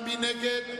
נגד?